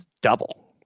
double